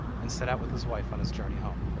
and set out with his wife on his journey home.